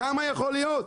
כמה יכול להיות?